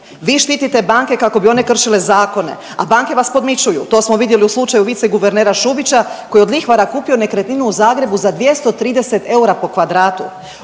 Vi štitite banke kako bi one kršile zakone, a banke vas podmićuju. To smo vidjeli u slučaju viceguvernera Šubića koji je od lihvara kupio nekretninu u Zagrebu za 230 eura po kvadratu.